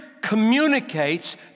communicates